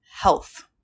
health